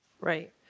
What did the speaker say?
Right